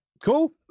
cool